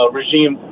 regime